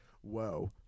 whoa